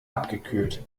abgekühlt